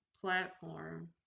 platform